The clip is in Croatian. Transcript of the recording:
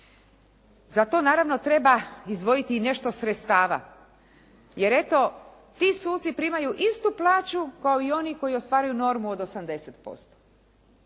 Za to naravno treba izdvojiti i nešto sredstava jer eto ti suci primaju istu plaću kao i oni koji ostvaruju normu od 80%.